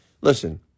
Listen